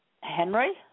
Henry